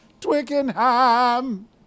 Twickenham